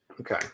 Okay